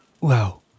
Wow